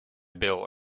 bill